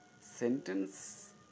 sentence